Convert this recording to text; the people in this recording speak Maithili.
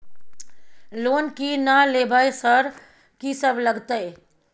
लोन की ना लेबय सर कि सब लगतै?